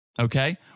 Okay